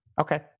Okay